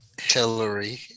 Hillary